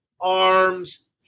arms